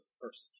persecution